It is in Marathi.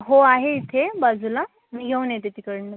हो आहे इथे बाजूला मी घेऊन येते तिकडून